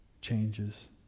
changes